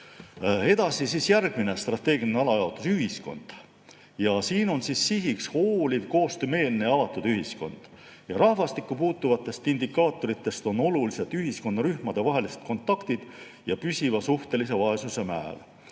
Edasi, järgmine strateegiline alajaotus, ühiskond. Siin on sihiks hooliv, koostöömeelne ja avatud ühiskond. Rahvastikku puutuvatest indikaatoritest on olulised ühiskonnarühmade vahelised kontaktid ja püsiva suhtelise vaesuse määr.